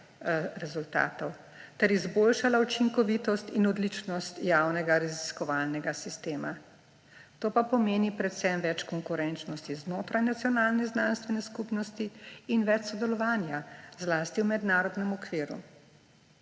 rezultatov ter izboljšala učinkovitost in odličnost javnega raziskovalnega sistema. To pa pomeni predvsem več konkurenčnosti znotraj nacionalne znanstvene skupnosti in več sodelovanja zlasti v mednarodnem okviru.